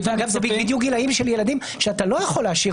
אלה גילים של ילדים שאתה לא יכול להשאיר